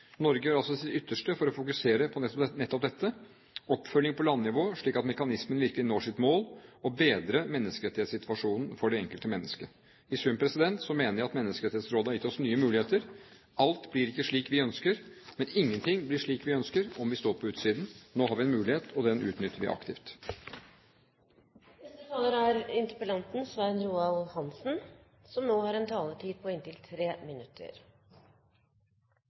Norge gjør altså sitt ytterste for å fokusere på nettopp dette: Oppfølging på landnivå slik at mekanismen virkelig når sitt mål, å bedre menneskerettighetssituasjonen for det enkelte menneske. I sum mener jeg at Menneskerettighetsrådet har gitt oss nye muligheter. Alt blir ikke slik vi ønsker. Men ingenting blir slik vi ønsker, om vi står på utsiden. Nå har vi en mulighet, og den utnytter vi aktivt. Jeg takker utenriksministeren for et grundig svar, og et svar som